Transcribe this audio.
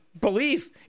belief